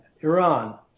Iran